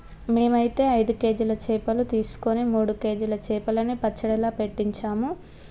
మేమైతే ఐదు కేజీల చేపలు తీసుకొని మూడు కేజీల చేపలని పచ్చడిలా పెట్టించాము